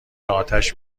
اتش